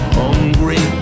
hungry